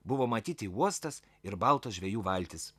buvo matyti uostas ir baltos žvejų valtys